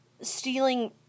stealing